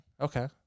Okay